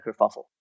kerfuffle